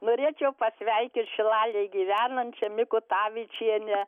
norėčiau pasveikint šilalėj gyvenančią mikutavičienę